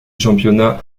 championnat